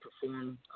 perform